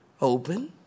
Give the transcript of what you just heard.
Open